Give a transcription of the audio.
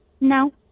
No